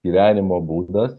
gyvenimo būdas